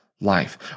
life